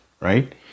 right